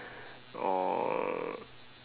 or